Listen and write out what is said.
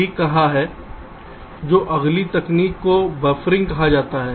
तो अगली तकनीक को बफरिंग कहा जाता है